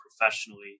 professionally